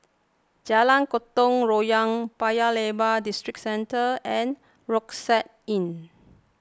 Jalan Gotong Royong Paya Lebar Districentre and Rucksack Inn